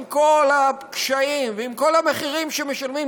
עם כל הקשיים ועם כל המחירים שמשלמים,